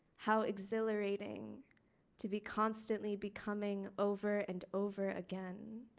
how exhilarating to be constantly becoming over and over again.